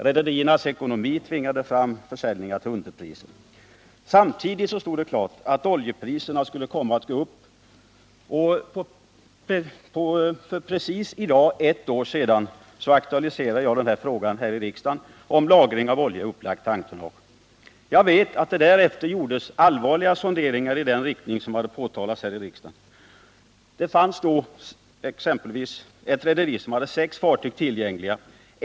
Rederiernas ekonomi tvingade fram försäljningar till underpriser. Samtidigt stod det klart att oljepriserna skulle komma att gå upp. I dag för precis ett år sedan aktualiserade jag här i riksdagen frågan om lagring av olja i upplagt tanktonnage. Jag vet att det därefter gjordes allvarliga sonderingar i den riktning som hade påtalats i riksdagen. Det fanns då exempelvis ett rederi som hade minst sex fartyg tillgängliga.